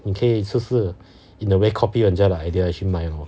你可以试试 in a way copy 人家的 idea 去卖 mah